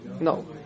No